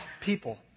people